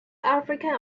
african